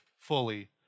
fully